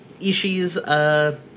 Ishii's